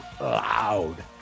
loud